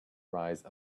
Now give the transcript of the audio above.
rise